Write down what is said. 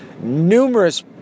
numerous